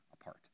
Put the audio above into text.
apart